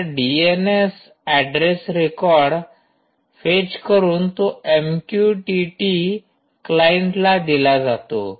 तर DNS address record fetch करून तो एमक्यूटीटी क्लाईंटला दिला जातो